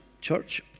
church